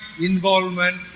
involvement